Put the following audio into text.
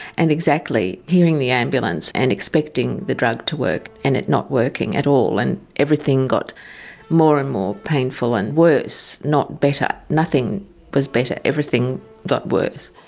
and exactly, hearing the ambulance and expecting the drug to work and it not working at all and everything got more and more painful and worse, not better, nothing was better, everything got worse.